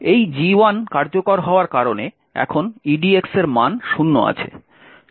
এই G1 কার্যকর হওয়ার কারণে এখন edx এর মান 0 আছে